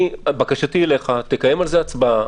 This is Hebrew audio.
בקשתי אליך, תקיים על זה הצבעה.